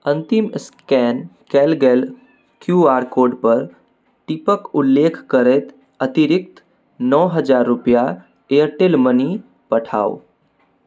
अन्तिम स्कैन कएल गेल क्यू आर कोडपर टिपके उल्लेख करैत अतिरिक्त नओ हजार रुपैआ एयरटेल मनी पठाउ